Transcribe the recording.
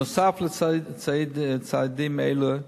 נוסף על צעדים אלה,